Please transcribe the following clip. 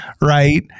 right